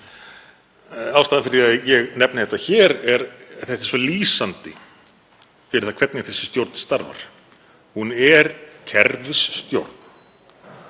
Ástæðan fyrir því að ég nefni þetta hér er að þetta er svo lýsandi fyrir það hvernig þessi stjórn starfar. Hún er kerfisstjórn.